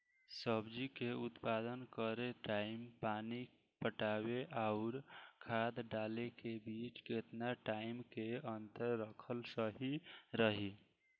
सब्जी के उत्पादन करे टाइम पानी पटावे आउर खाद डाले के बीच केतना टाइम के अंतर रखल सही रही?